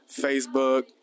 Facebook